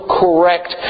correct